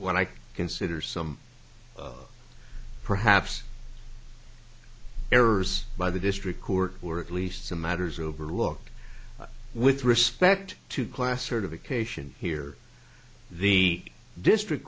what i consider some perhaps errors by the district court or at least some matters overlooked with respect to class certification here the district